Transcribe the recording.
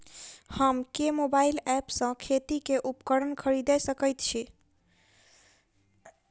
हम केँ mobile app सँ खेती केँ उपकरण खरीदै सकैत छी?